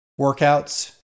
workouts